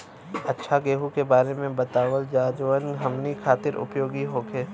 अच्छा गेहूँ के बारे में बतावल जाजवन हमनी ख़ातिर उपयोगी होखे?